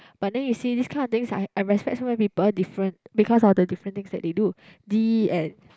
but then you see this kind of things I I respect so many people different because of the different things that they do D and